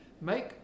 Make